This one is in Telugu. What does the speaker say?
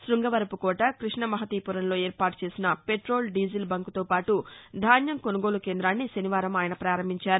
శృంగవరపుకోట కృష్ణమహంతిపురంలో ఏర్పాటు చేసిన పెట్రోల్ డీజిల్ బంకుతోపాటు ధాన్యం కొనుగోలు కేందాన్ని శనివారం ఆయన పారంభించారు